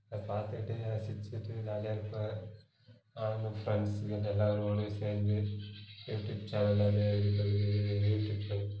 அதை பார்த்துக்கிட்டு அதை சிரித்துக்கிட்டு ஜாலியாக இருப்பேன் நானும் ஃப்ரெண்ட்ஸு கிட்ட எல்லார்கூடயும் சேர்ந்து யூடியூப் சேனல் யூடியூப் சேனல்